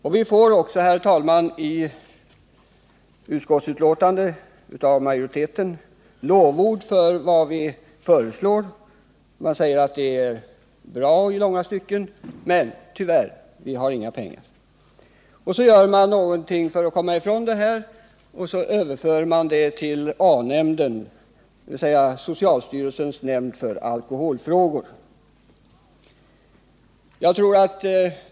I betänkandet får vi också lovord av majoriteten för vad vi föreslår. Man säger att det är bra i långa stycken, men att vi - tyvärr —inte har några pengar. För att komma ifrån det hela överför man så frågorna till A-nämnden, dvs. socialstyrelsens nämnd för alkoholfrågor.